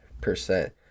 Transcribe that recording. Percent